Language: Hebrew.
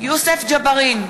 יוסף ג'בארין,